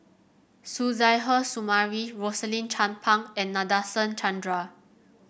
Suzairhe Sumari Rosaline Chan Pang and Nadasen Chandra